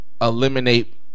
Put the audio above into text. eliminate